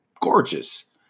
gorgeous